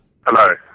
Hello